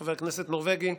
חבר כנסת נורבגי,